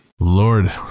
lord